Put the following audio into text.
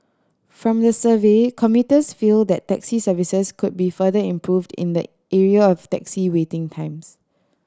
from the survey commuters feel that taxi services could be further improved in the area of taxi waiting times